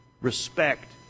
Respect